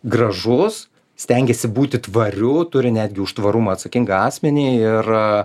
gražus stengiasi būti tvariu turi netgi už tvarumą atsakingą asmenį ir